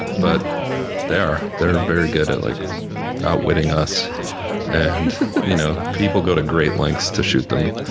but they are. they are very good at like outwitting us and you know people go to great lengths to shoot them